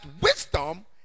wisdom